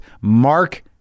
Mark